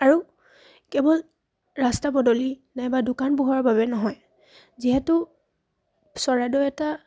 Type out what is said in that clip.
আৰু কেৱল ৰাস্তা পদূলি নাইবা দোকান পোহাৰৰ বাবে নহয় যিহেতু চৰাইদেউ এটা